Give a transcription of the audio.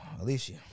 Alicia